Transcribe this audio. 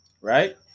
right